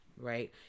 Right